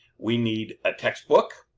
we need a textbook,